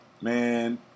man